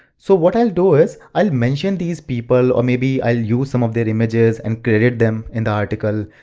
so what i'll do is, i'll mention this people or maybe i'll use some of their images and credit them in the article,